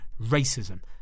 racism